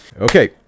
Okay